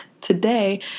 Today